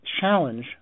challenge